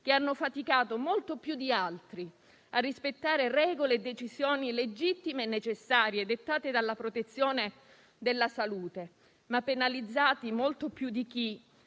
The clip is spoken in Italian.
che hanno faticato, molto più di altri, a rispettare regole e decisioni legittime e necessarie, dettate dalla protezione della salute, ma penalizzati molto più di chi,